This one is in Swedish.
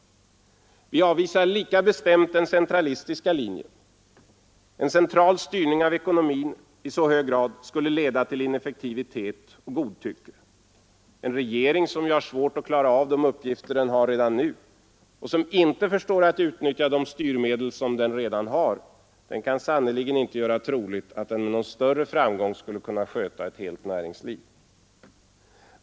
Vi avvisar lika bestämt den centralistiska linjen. En central styrning av ekonomin i så hög grad skulle leda till ineffektivitet och godtycke. En regering som har svårt att klara av de uppgifter den redan har och som inte förstår att utnyttja de styrmedel som redan står till dess förfogande kan sannerligen inte göra troligt att den med någon större framgång skulle kunna sköta ett helt näringsliv.